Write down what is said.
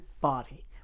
body